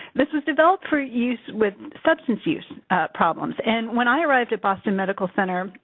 this was developed for use with substance use problems, and when i arrived at boston medical center,